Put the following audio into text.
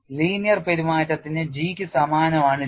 linear പെരുമാറ്റത്തിന് G ക്ക് സമാനമാണ് J